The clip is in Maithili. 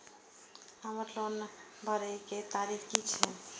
हमर लोन भरए के तारीख की ये?